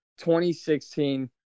2016